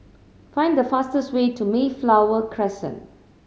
find the fastest way to Mayflower Crescent